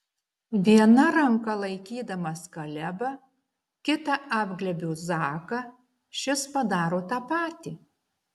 viena ranka laikydamas kalebą kita apglėbiu zaką šis padaro tą patį